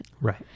Right